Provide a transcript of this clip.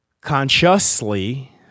consciously